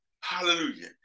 Hallelujah